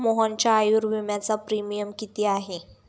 मोहनच्या आयुर्विम्याचा प्रीमियम किती आहे?